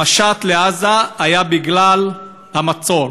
המשט לעזה היה בגלל המצור.